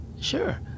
Sure